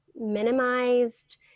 minimized